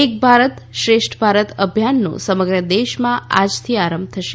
એક ભારત શ્રેષ્ઠ ભારત અભિયાનનો સમગ્ર દેશમાં આજથી આરંભ થશે